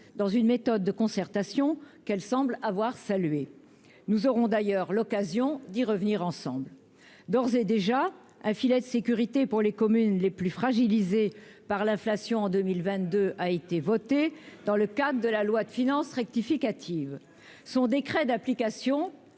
dans une méthode de concertation qu'elle semble avoir salué, nous aurons d'ailleurs l'occasion d'y revenir ensemble d'ores et déjà un filet de sécurité pour les communes les plus par l'inflation en 2022 a été votée dans le cadre de la loi de finances rectificative son décret d'application